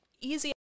easy